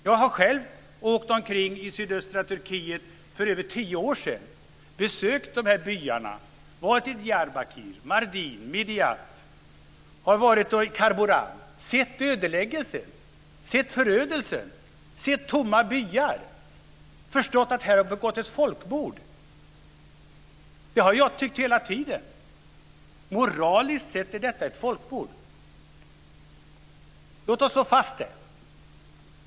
Jag har själv åkt omkring i sydöstra Turkiet för över tio år sedan och besökt byarna. Jag har varit i Diyarbakir, Mardin, Midiat och Karboran. Jag har sett ödeläggelsen och förödelsen. Jag har sett tomma byar. Jag har förstått att det har begåtts ett folkmord. Det har jag tyckt hela tiden, att det moraliskt sett är ett folkmord. Låt oss slå fast det.